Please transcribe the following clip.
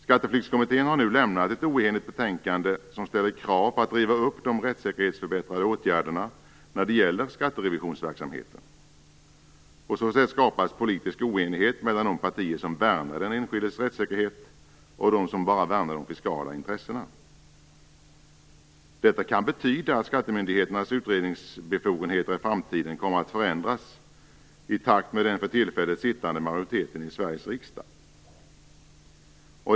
Skatteflyktskommittén har nu avlämnat ett oenigt betänkande som ställer krav på att de rättssäkerhetsförbättrande åtgärderna rivs upp när det gäller skatterevisionsverksamheten. På så sätt skapas politisk oenighet mellan de partier som värnar den enskildes rättssäkerhet och de som bara värnar de fiskala intressena. Detta kan betyda att skattemyndigheternas utredningsbefogenheter i framtiden förändras i takt med den för tillfället sittande majoriteten i Sveriges riksdag.